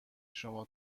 شما